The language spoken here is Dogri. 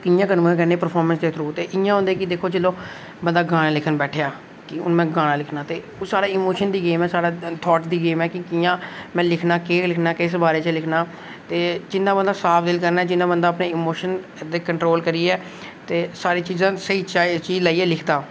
ते कि'यां कन्वे करने परफार्मर दे थ्रू इं'या होंदे कि जि'यां बंदा गाने लिखने गी बैठेआ की हून में गाना लिखना ते ओह् सारा इमोशन दी गेम ऐ ते थॉट दी गेम ऐ कि कियां में लिखना केह् लिखना किस बारै च लिखना ते जिन्ना बंदा साफ दिल कन्नै जिन्ना बंदा अपने इमोशन कन्नै ते कंट्रोल करियै ते सारीं चीज़ां स्हेई लाइयै लिखदा